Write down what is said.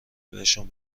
بهشون